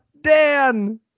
Dan